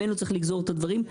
ממנו צריך לגזור את הדברים.